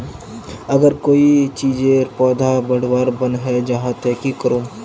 अगर कोई चीजेर पौधा बढ़वार बन है जहा ते की करूम?